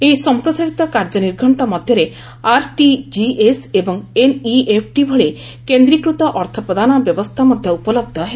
ଏହି ସମ୍ପ୍ରସାରିତ କାର୍ଯ୍ୟନିର୍ଘଣ୍ଟ ମଧ୍ୟରେ ଆର୍ଟିଜିଏସ୍ ଏବଂ ଏନ୍ଇଏଫ୍ଟି ଭଳି କେନ୍ଦ୍ରୀକୃତ ଅର୍ଥ ପ୍ରଦାନ ବ୍ୟବସ୍ଥା ମଧ୍ୟ ଉପଲହ୍ଧ ହେବ